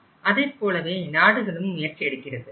அதைப்போலவே நாடுகளும் முயற்சி எடுக்கின்றன